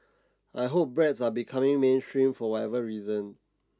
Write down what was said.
I hope breads are becoming mainstream for whatever reason